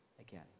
again